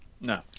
No